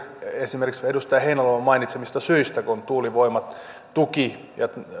esimerkiksi edustaja heinäluoman mainitsemista syistä kun tuulivoimatuki ja